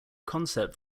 concept